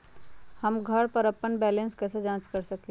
हम घर पर अपन बैलेंस कैसे जाँच कर सकेली?